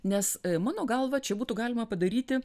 nes mano galva čia būtų galima padaryti